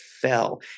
Fell